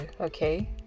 Okay